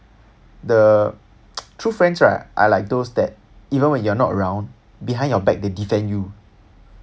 the true friends right are like those that even when you are not around behind your back they defend you